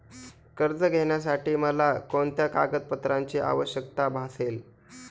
कर्ज घेण्यासाठी मला कोणत्या कागदपत्रांची आवश्यकता भासेल?